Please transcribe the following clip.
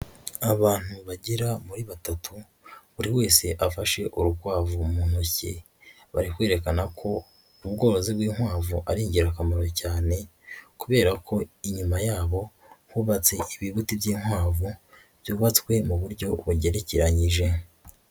Abantu bagera muri batatu, buri wese afashe urukwavu mu ntoki, bari kwerekana ko ubworozi bw'inkwavu ari ingirakamaro cyane kubera ko inyuma yabo hubatse ibibuti by'inkwavu, byubatswe mu buryo bugerekeranyije.